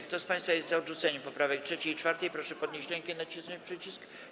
Kto z państwa jest za odrzuceniem poprawek 3. i 4., proszę podnieść rękę i nacisnąć przycisk.